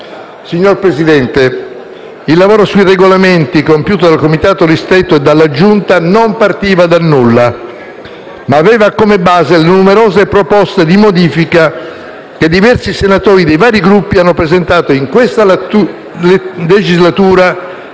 Signor Presidente, il lavoro sui Regolamenti, compiuto dal Comitato ristretto e dalla Giunta non partiva dal nulla ma aveva come base numerose proposte di modifica che diversi senatori dei vari Gruppi hanno presentato in questa legislatura